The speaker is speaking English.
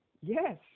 Yes